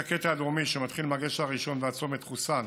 הקטע הדרומי, שמתחיל מהגשר הראשון ועד צומת חוסן,